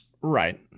Right